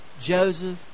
Joseph